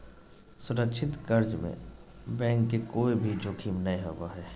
सुरक्षित कर्ज में बैंक के कोय भी जोखिम नय होबो हय